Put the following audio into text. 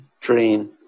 Train